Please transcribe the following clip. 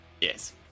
Yes